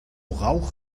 rauch